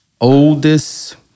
oldest